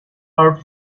are